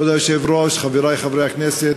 כבוד היושב-ראש, חברי חברי הכנסת,